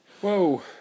Whoa